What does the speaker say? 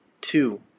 Two